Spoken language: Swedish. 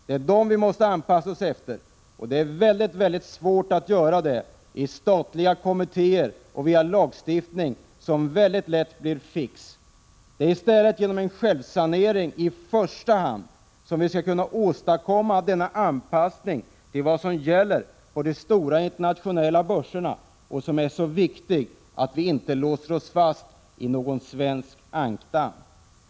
Det är dem vi skall anpassa oss efter i Sverige, och det är mycket svårt att göra det i statliga kommittéer och via lagstiftning, som lätt blir fix. Det är i stället genom i första hand självsanering som vi kan åstadkomma denna anpassning till vad som gäller på de stora internationella börserna och som är så viktig för att vi inte skall låsa oss fast i någon svensk ankdamm.